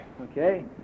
Okay